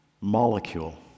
molecule